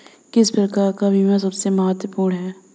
किस प्रकार का बीमा सबसे महत्वपूर्ण है?